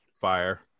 Fire